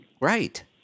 Right